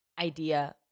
idea